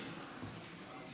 בושה.